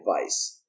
advice